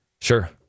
Sure